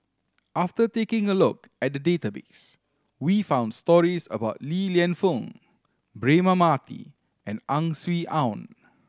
after taking a look at the database we found stories about Li Lienfung Braema Mathi and Ang Swee Aun